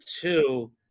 two –